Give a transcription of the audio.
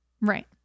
Right